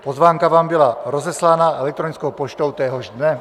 Pozvánka vám byla rozeslána elektronickou poštou téhož dne.